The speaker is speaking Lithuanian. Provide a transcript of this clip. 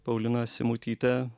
paulina simutytė